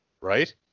right